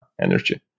energy